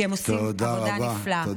כי הם עושים עבודה נפלאה.